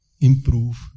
improve